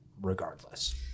regardless